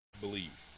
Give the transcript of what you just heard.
believe